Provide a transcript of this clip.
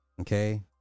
Okay